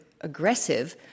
aggressive